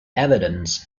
evidence